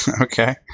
Okay